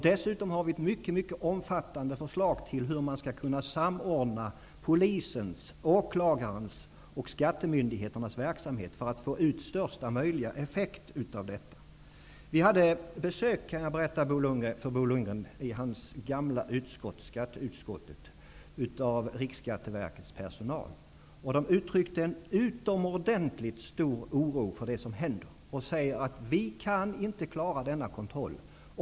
Dessutom har vi ett mycket omfattande förslag till hur man skall kunna samordna polisens, åklagarens och skattemyndigheternas verksamhet för att få ut största möjliga effekt. Vi hade besök i Bo Lundgrens gamla utskott, skatteutskottet, av Riksskatteverkets personal, som uttryckte en utomordentligt stor oro för det som händer och säger att den inte kan klara denna kontroll.